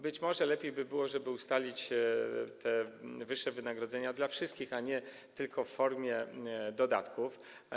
Być może lepiej by było, żeby ustalić wyższe wynagrodzenia dla wszystkich, a nie tylko w formie dodatków.